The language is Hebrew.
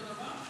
אותו דבר?